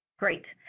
great.